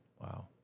Wow